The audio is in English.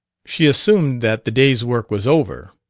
she assumed that the day's work was over,